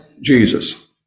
Jesus